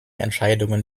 entscheidungen